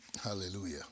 Hallelujah